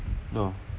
no